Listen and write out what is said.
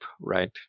right